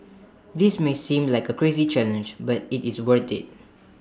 this may seem like A crazy challenge but IT is worth IT